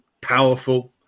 powerful